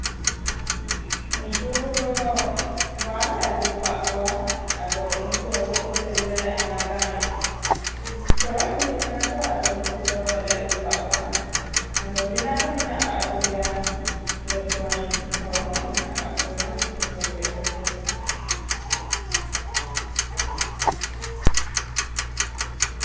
ᱩᱱᱠᱩ ᱫᱚ ᱵᱟᱞᱮ ᱟᱹᱜᱩ ᱟᱠᱟᱫ ᱠᱚᱣᱟ ᱟᱫᱚ ᱩᱱᱠᱩ ᱟᱹᱜᱩ ᱠᱚᱨᱛᱮ ᱜᱮᱞᱮ ᱟᱭᱢᱟ ᱜᱟᱱ ᱠᱷᱚᱨᱚᱪ ᱦᱩᱭᱩᱜ ᱠᱟᱱᱟ ᱛᱚ ᱟᱫᱚ ᱩᱱᱠᱩ ᱠᱚᱫᱚ ᱵᱟᱞᱮ ᱟᱹᱜᱩ ᱟᱠᱟᱫ ᱠᱚᱣᱟ ᱟᱫᱚ ᱢᱮᱱᱟᱜ ᱫᱚ ᱢᱮᱱᱟᱜ ᱟᱠᱟᱫ ᱠᱚᱜᱮᱭᱟ ᱞᱟᱹᱴᱩᱣᱟᱱ ᱦᱚᱲ ᱦᱚᱸ ᱩᱱᱠᱩ ᱢᱮᱱᱟᱜ ᱟᱠᱟᱫ ᱠᱚᱜᱮᱭᱟ ᱩᱱᱠᱩ ᱦᱚᱸᱞᱮ ᱟᱹᱜᱩᱭᱮᱫ ᱠᱚᱜᱮᱭᱟ